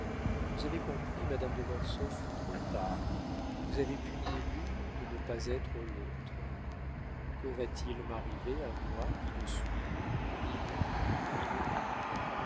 vous avez compris madame de mortsauf trop tard vous avez puni l'une de ne pas être l'autre que va-t-il m'arriver à moi qui ne suis ni l'une ni l'autre